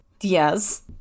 Yes